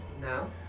now